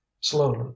slowly